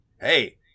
hey